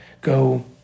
go